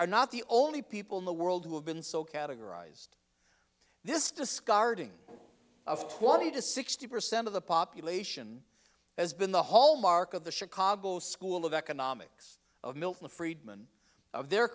are not the only people in the world who have been so categorized this discarding of twenty to sixty percent of the population has been the hallmark of the chicago school of economics of milton friedman of their